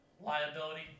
liability